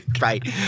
Right